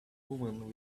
woman